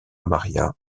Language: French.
maria